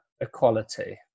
equality